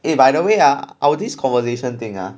eh by the way ah our this conversation thing ah